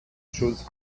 chose